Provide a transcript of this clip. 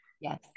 Yes